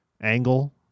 angle